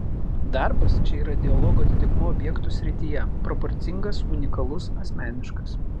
darbas čia yra dialogo atitikmuo objektų srityje proporcingas unikalus asmeniškas